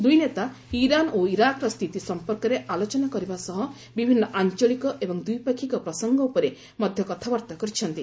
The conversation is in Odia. ଦୁଇନେତା ଇରାନ ଓ ଇରାକର ସ୍ଥିତି ସଂପର୍କରେ ଆଲୋଚନା କରିବା ସହ ବିଭିନ୍ନ ଆଞ୍ଚଳିକ ଏବଂ ଦ୍ୱିପାକ୍ଷିକ ପ୍ରସଙ୍ଗ ଉପରେ ମଧ୍ୟ କଥାବାର୍ତ୍ତା କରିଛନ୍ତି